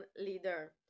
leader